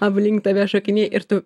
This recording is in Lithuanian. aplink tave šokinėja ir tu